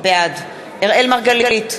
בעד אראל מרגלית,